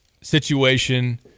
situation